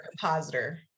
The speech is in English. compositor